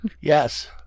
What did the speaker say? Yes